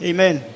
Amen